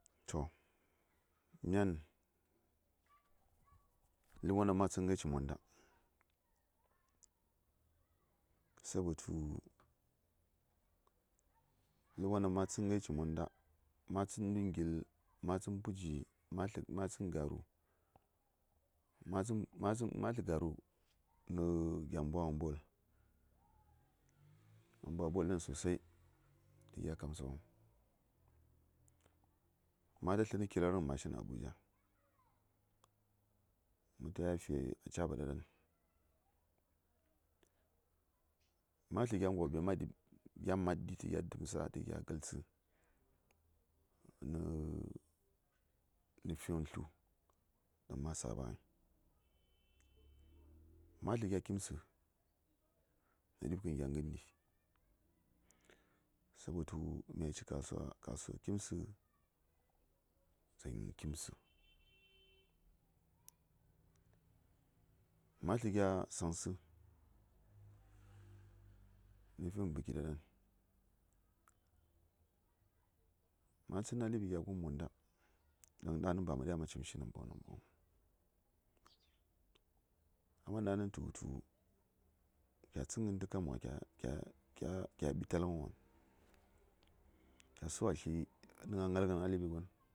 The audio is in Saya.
To myan lɚm won dang ma tsɚn ngai co monda sabotu ma tsɚn ahil, matsɚn puji, ma Garu.